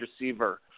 receiver